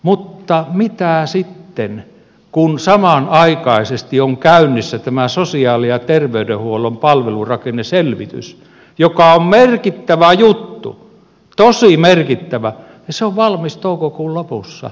mutta mitä sitten kun samanaikaisesti on käynnissä tämä sosiaali ja terveydenhuollon palvelurakenneselvitys joka on merkit tävä juttu tosi merkittävä ja se on valmis toukokuun lopussa